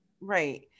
Right